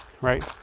right